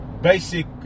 basic